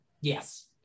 Yes